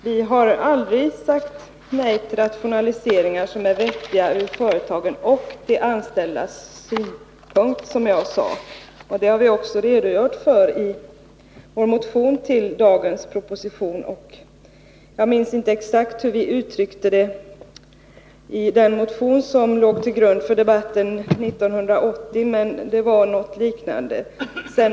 Herr talman! Vi har aldrig sagt nej till rationaliseringar som är vettiga ur företagens och de anställdas synpunkter, som jag sade. Det har vi också redogjort för i vår motion med anledning av dagens proposition. Jag minns inte exakt hur vi uttryckte det i den motion som låg till grund för debatten 1980, men det var något liknande.